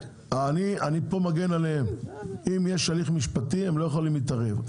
אם יש הליך משפטי, הם לא יכולים להתערב.